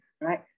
right